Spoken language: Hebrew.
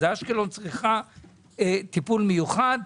אשקלון צריכה טיפול מיוחד,